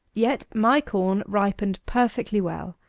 yet my corn ripened perfectly well,